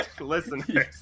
listen